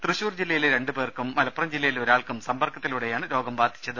തൃശൂർ ജില്ലയിലെ രണ്ടു പേർക്കും മലപ്പുറം ജില്ലയിലെ ഒരാൾക്കും സമ്പർക്കത്തിലൂടെയാണ് രോഗം ബാധിച്ചത്